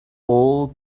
all